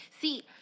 See